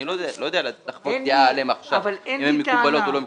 אני לא יודע לחוות עליהן דעה עכשיו אם הן מקובלות או לא מקובלים.